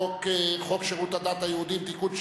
חוק שירותי הדת היהודיים (תיקון,